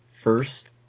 first